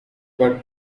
but